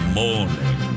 morning